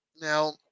now